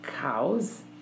cows